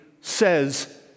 says